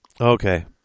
Okay